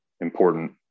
important